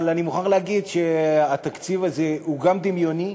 אבל אני מוכרח להגיד שהתקציב הזה הוא גם דמיוני